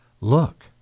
Look